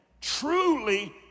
truly